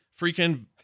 freaking